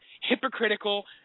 hypocritical